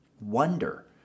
wonder